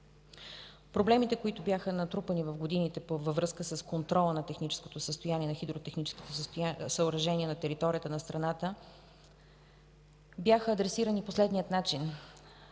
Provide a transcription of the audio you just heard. Проблемите, които бяха натрупани в годините във връзка с контрола на техническото състояние на хидротехническите съоръжения на територията на страната, бяха адресирани по следния начин: